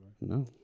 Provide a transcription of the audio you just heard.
No